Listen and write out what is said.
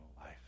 life